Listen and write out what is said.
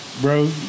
Bro